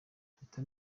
mpita